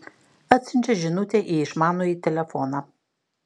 atsiunčia žinutę į išmanųjį telefoną